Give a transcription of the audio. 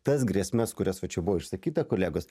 tas grėsmes kurias va čia buvo išsakyta kolegos